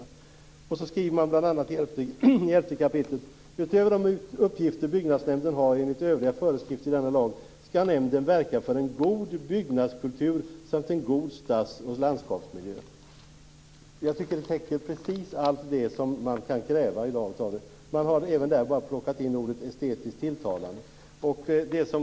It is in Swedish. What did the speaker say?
I det elfte kapitlet skriver man bl.a.: Utöver de uppgifter byggnadsnämnden har enligt övriga föreskrifter i denna lag skall nämnden verka för en god byggnadskultur samt en god stadsoch landskapsmiljö. Jag tycker att detta är precis allt man kan kräva i dag. Även där har man bara plockat in orden "estetiskt tilltalande."